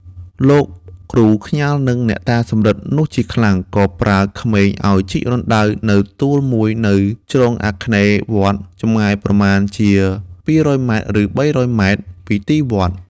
លោកគ្រូខ្ញាល់នឹងអ្នកតាសំរឹទ្ធនោះជាខ្លាំង ក៏ប្រើក្មេងឲ្យជីករណ្ដៅនៅទួលមួយនៅជ្រុងអាគ្នេយ៍វត្ត ចម្ងាយប្រមាណជា ២០០ម. ឬ ៣០០ម. ពីទីវត្ត។